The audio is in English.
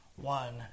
one